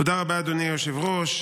תודה רבה, אדוני היושב-ראש.